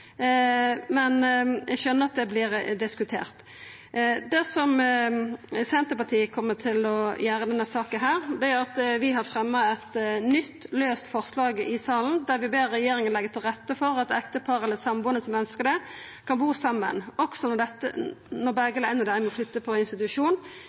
Men eg skjønar at det vert diskutert. Senterpartiet har i denne saka fremja eit nytt forslag i salen i dag, der vi «ber regjeringen legge til rette for at ektepar eller samboende som ønsker det, kan bo sammen også når